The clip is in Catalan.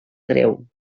greu